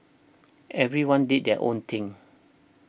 everyone did their own thing